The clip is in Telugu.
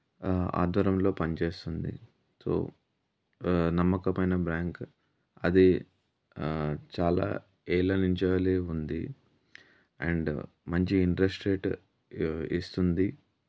ఆధ్వర్యంలో పని చేస్తుంది ఎంతో నమ్మకమైన బ్యాంక్ అది చాలా ఏళ్ళ నుంచి ఉంది అండ్ మంచి ఇంట్రెస్ట్ రేట్ ఇస్తుంది